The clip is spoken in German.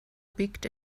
biegt